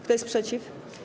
Kto jest przeciw?